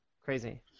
Crazy